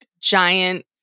giant